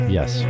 Yes